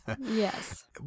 Yes